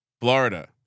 Florida